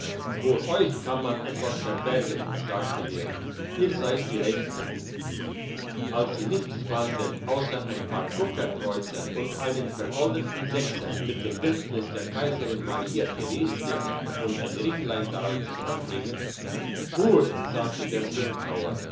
vor euch kann man etwas verbergen sagt er ihr seid die rechten als sie nichts fanden ausser ein paar kupferkreuzer und einen vergoldeten sechser mit dem bildnis der kaiserin maria theresia und ein ringlein dran zum anhängen buur sagte der